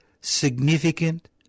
significant